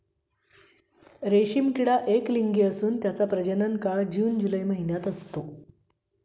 रेशीम किडा एकलिंगी असून त्याचा प्रजनन काळ जून जुलै महिन्यात असतो